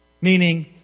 Meaning